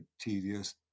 tedious